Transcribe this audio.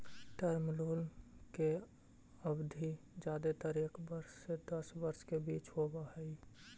term loan के अवधि जादेतर एक वर्ष से दस वर्ष के बीच होवऽ हई